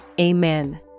Amen